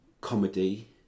comedy